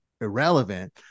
irrelevant